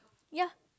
ya